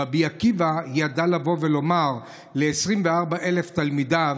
רבי עקיבא ידע לבוא ולומר ל-24,000 תלמידיו: